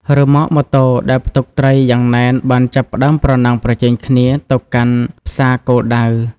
រ៉ឺម៉កម៉ូតូ ដែលផ្ទុកត្រីយ៉ាងណែនបានចាប់ផ្តើមប្រណាំងប្រជែងគ្នាទៅកាន់ផ្សារគោលដៅ។